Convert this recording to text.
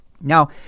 Now